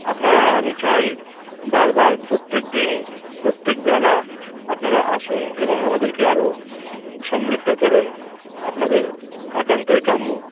আপনারা আমি চাই বারবার প্রত্যেকদিন প্রত্যেক বেলা আপনারা আসুন এবং আমাদেরকে আরও সমৃদ্ধ করুন আপনাদের একান্তই কাম্য